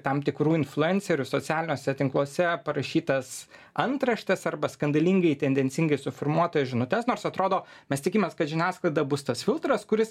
tam tikrų influencerių socialiniuose tinkluose parašytas antraštes arba skandalingai tendencingai suformuotas žinutes nors atrodo mes tikimės kad žiniasklaida bus tas filtras kuris